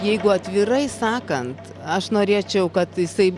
jeigu atvirai sakant aš norėčiau kad jisai